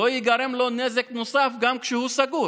לא ייגרם לו נזק נוסף גם כשהוא סגור.